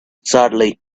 sadly